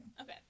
Okay